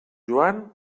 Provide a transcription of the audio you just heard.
joan